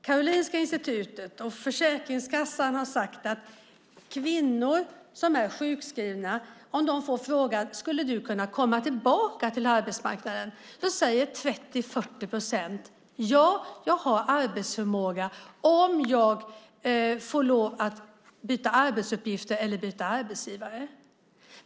Karolinska Institutet och Försäkringskassan har sagt att om kvinnor som är sjukskrivna får frågan om de skulle kunna komma tillbaka till arbetsmarknaden säger 30-40 procent att de har arbetsförmåga om de får lov att byta arbetsuppgifter eller arbetsgivare.